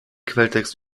quelltext